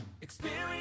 experience